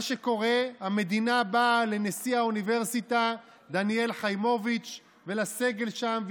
המדינה באה לנשיא האוניברסיטה דניאל חיימוביץ' ולסגל שם,